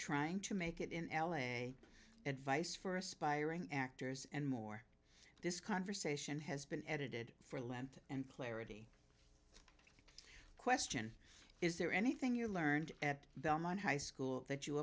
trying to make it in l a advice for aspiring actors and more this conversation has been edited for length and clarity question is there anything you learned at belmont high school that you